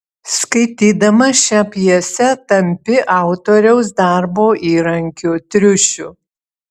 skaitydamas šią pjesę tampi autoriaus darbo įrankiu triušiu